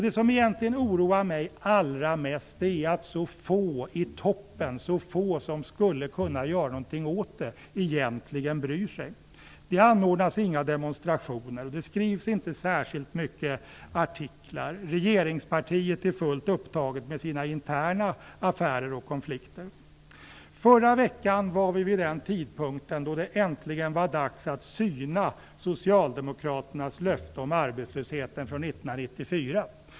Det som egentligen oroar mig allra mest är att så få i toppen, så få som skulle kunna göra någonting åt det, egentligen bryr sig. Det anordnas inga demonstrationer, och det skrivs inte särskilt många artiklar. Regeringspartiet är fullt upptaget med sina interna affärer och konflikter. Förra veckan var vi vid den tidpunkt då det äntligen var dags att syna Socialdemokraternas löfte om arbetslösheten från 1994.